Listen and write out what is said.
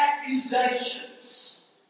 accusations